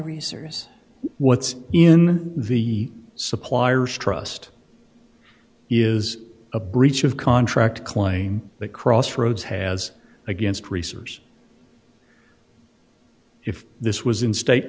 researchers what's in the suppliers trust is a breach of contract claim that crossroads has against researchers if this was in state